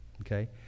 okay